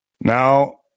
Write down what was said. Now